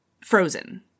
frozen